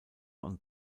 und